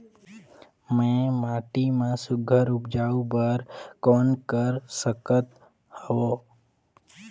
मैं माटी मा सुघ्घर उपजाऊ बर कौन कर सकत हवो?